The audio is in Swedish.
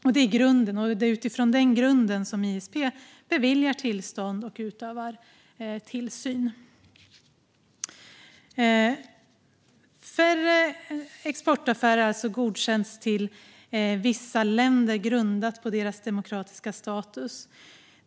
Detta är grunden, och det är utifrån den grunden som ISP beviljar tillstånd och utövar tillsyn. Färre exportaffärer har alltså godkänts till vissa länder, grundat på deras demokratiska status.